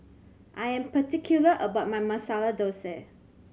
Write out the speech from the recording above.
I am particular about my Masala Dosa